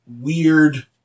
weird